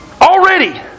Already